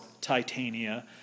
Titania